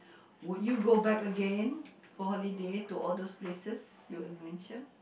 would you go back again for holiday to all those places you had mention